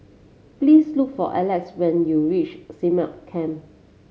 please look for Alec when you reach Stagmont Camp